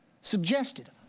suggested